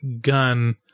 gun